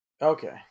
Okay